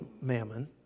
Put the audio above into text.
mammon